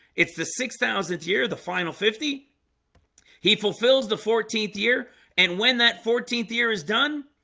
it's the six thousandth year the final fifty he fulfills the fourteenth year and when that fourteenth year is done,